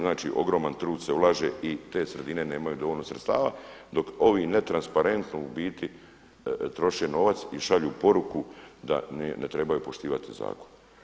Znači, ogroman trud se ulaže i te sredine nemaju dovoljno sredstava, dok ovi netransparentno u biti troše novac i šalju poruku da ne trebaju poštivati zakon.